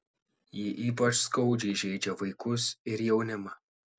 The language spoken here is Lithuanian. ji ypač skaudžiai žeidžia vaikus ir jaunimą